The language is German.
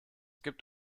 gibt